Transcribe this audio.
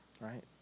right